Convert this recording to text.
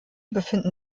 befinden